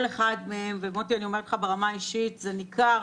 מוטי, אני אומרת לך ברמה האישית, ניכר